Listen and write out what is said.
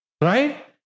right